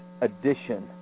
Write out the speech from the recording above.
edition